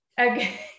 Okay